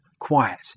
quiet